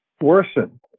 worsen